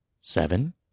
seven